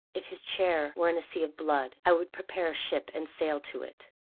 if his chair were in a sea of blood, i would prepare a ship and sail to it,